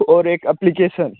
और एक अप्लीकेसन